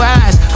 eyes